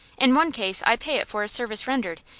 in one case i pay it for a service rendered,